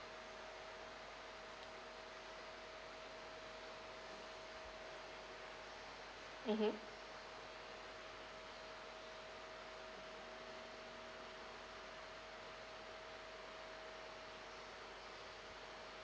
mmhmm